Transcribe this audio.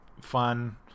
fun